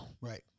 Right